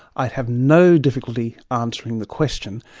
i have no difficulty answering the question,